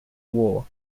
war